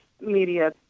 media